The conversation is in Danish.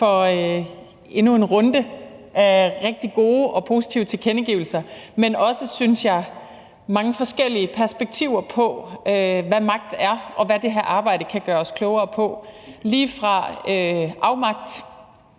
for endnu en runde af rigtig gode og positive tilkendegivelser, men også mange forskellige perspektiver på, synes jeg, hvad magt er, og hvad det her arbejde kan gøre os klogere på. Nu dristede